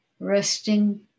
Resting